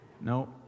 No